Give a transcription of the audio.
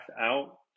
out